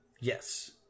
Yes